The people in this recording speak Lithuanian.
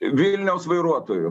vilniaus vairuotojų